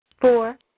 four